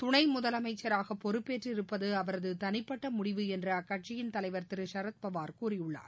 துணை முதலமைச்சராக பொறுப்பேற்றிருப்பது அவரது தனிப்பட்ட முடிவு என்று அக்கட்சியின் தலைவர் திரு சரத்பவார் கூறியுள்ளார்